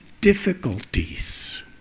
difficulties